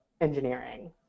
engineering